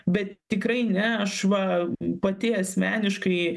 bet tikrai ne aš va pati asmeniškai